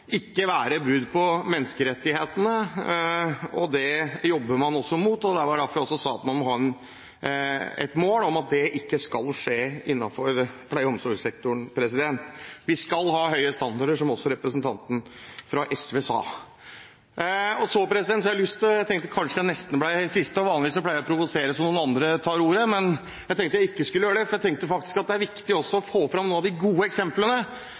ikke være brudd på menneskerettighetene, det jobber man også mot, og det var derfor jeg sa at man må ha et mål om at det ikke skal skje innenfor pleie- og omsorgssektoren. Vi skal ha høye standarder, som også representanten fra SV sa. Jeg tenkte jeg kanskje ble siste taler. Vanligvis pleier jeg å provosere slik at noen andre tar ordet, men jeg tenkte jeg ikke skulle gjøre det, for det er viktig også å få fram noen av de gode eksemplene.